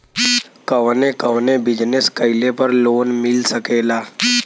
कवने कवने बिजनेस कइले पर लोन मिल सकेला?